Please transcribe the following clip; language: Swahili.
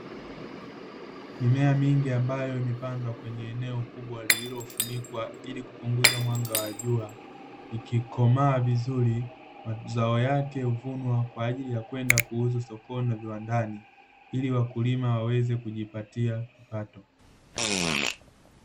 Mimea mingi ambayo imepandwa kwenye eneo kubwa lililofunikwa ili kupunguza mwanga wa jua, ikikomaa vizuri mazao yake huvunwa kwa ajili ya kwenda kuuzwa sokoni na viwandani; ili wakulima waweze kujipatia kipato.